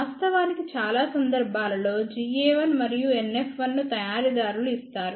వాస్తవానికి చాలా సందర్భాలలో Ga1 మరియు NF1 ను తయారీ దారులు ఇస్తారు